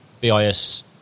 BIS